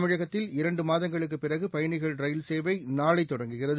தமிழகத்தில் இரண்டு மாதங்களுக்கு பிறகு பயணிகள் ரயில் சேவை நாளை தொடங்குகிறது